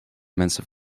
mensen